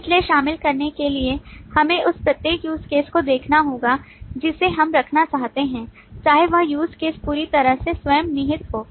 इसलिए शामिल करने के लिए हमें उस प्रत्येक use case को देखना होगा जिसे हम रखना चाहते हैं चाहे वह use case पूरी तरह से स्वयं निहित हो